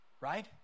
Right